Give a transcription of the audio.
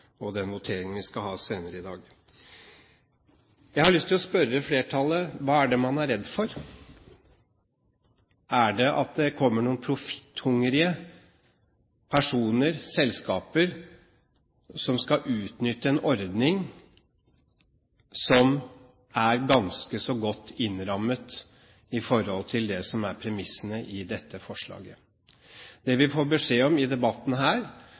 den voteringen vi skal ha senere i dag. Jeg har lyst til å spørre flertallet: Hva er det man er redd for? Er det at det kommer noen profitthungrige personer, selskaper, som skal utnytte en ordning som er ganske så godt innrammet i forhold til det som er premissene i dette forslaget? Det vi får beskjed om i denne debatten,